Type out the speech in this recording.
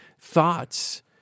thoughts